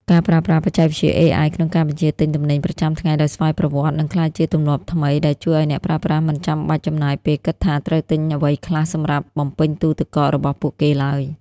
ការប្រើប្រាស់បច្ចេកវិទ្យា AI ក្នុងការបញ្ជាទិញទំនិញប្រចាំថ្ងៃដោយស្វ័យប្រវត្តិនឹងក្លាយជាទម្លាប់ថ្មី ដែលជួយឱ្យអ្នកប្រើប្រាស់មិនចាំបាច់ចំណាយពេលគិតថាត្រូវទិញអ្វីខ្លះសម្រាប់បំពេញទូទឹកកករបស់ពួកគេឡើយ។